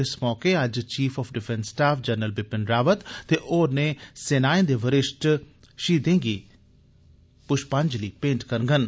इस मौके अज्ज chief of defence staff general Bipin Rawat ते त्रौनें सेनाएं दे वरिष्ठ शहीदें गी पुष्पाजंलि भेंट करगंन